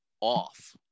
off